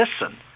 listen